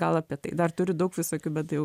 gal apie tai dar turiu daug visokių bet jau